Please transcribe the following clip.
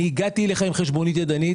אני הגעתי אליך עם חשבונית ידנית,